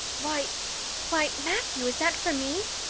why why matthew, is that for me?